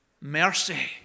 mercy